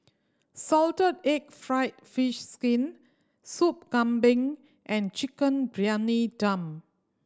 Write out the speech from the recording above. salted egg fried fish skin Sup Kambing and Chicken Briyani Dum